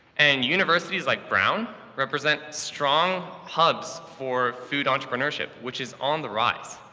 and universities like brown represent strong hubs for food entrepreneurship, which is on the rise.